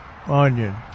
onion